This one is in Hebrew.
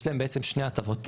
יש להם בעצם שני הטבות,